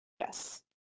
Yes